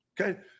okay